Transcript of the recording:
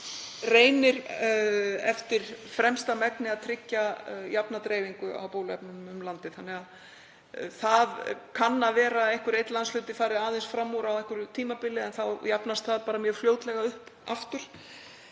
reynir eftir fremsta megni að tryggja jafna dreifingu á bóluefnum um landið. Það kann að vera að einhver einn landshluti fari aðeins fram úr á einhverju tímabili en þá jafnast það mjög fljótlega út aftur